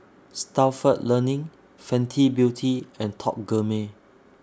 Stalford Learning Fenty Beauty and Top Gourmet